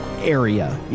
area